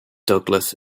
douglas